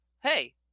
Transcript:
Hey